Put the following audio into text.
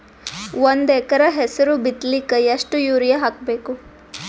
ಒಂದ್ ಎಕರ ಹೆಸರು ಬಿತ್ತಲಿಕ ಎಷ್ಟು ಯೂರಿಯ ಹಾಕಬೇಕು?